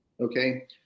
okay